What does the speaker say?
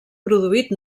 produït